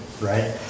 right